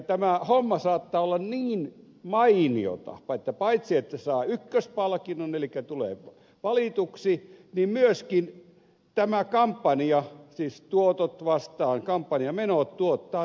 tämä homma saattaa olla niin mainiota että paitsi että saa ykköspalkinnon elikkä tulee valituksi myöskin tämä kampanja siis tuotot vastaan kampanjamenot tuottaa nettovoittoa